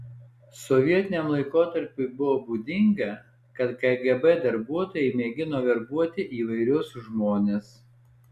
sovietiniam laikotarpiui buvo būdinga kad kgb darbuotojai mėgino verbuoti įvairius žmones